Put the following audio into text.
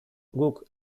guk